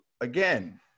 again